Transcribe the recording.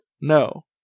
No